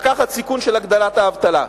לקחת סיכון של הגדלת האבטלה.